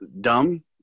dumb